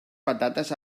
patates